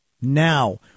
Now